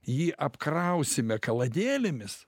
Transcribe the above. jį apkrausime kaladėlėmis